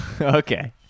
Okay